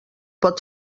pot